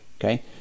okay